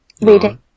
reading